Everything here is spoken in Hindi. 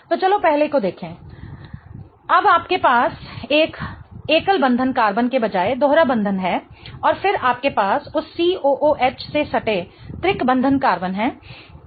तो चलो पहले को देखें तब आपके पास एक एकल बंधन कार्बन के बजाय दोहरा बंधन है और फिर आपके पास उस COOH से सटे त्रिक बंधन कार्बन है ठीक है